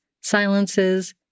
silences